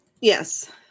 Yes